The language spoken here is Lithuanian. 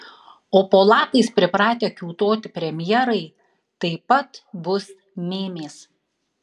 o po lapais pripratę kiūtoti premjerai taip pat bus mėmės